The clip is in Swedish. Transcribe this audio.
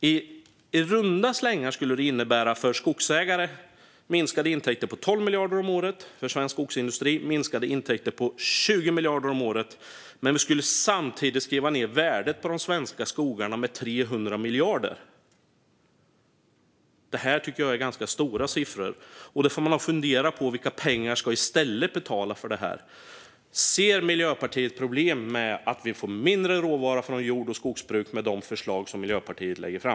I runda slängar skulle det för skogsägare innebära minskade intäkter på 12 miljarder om året och för svensk skogsindustri minskade intäkter på 20 miljarder om året. Samtidigt skulle det göra att värdet på de svenska skogarna skrevs ned med 300 miljarder. Jag tycker att detta är ganska stora summor, och man får nog fundera på vilka pengar som i stället ska betala för detta. Ser Miljöpartiet problem med att vi får mindre råvara från jord och skogsbruk med de förslag som Miljöpartiet lägger fram?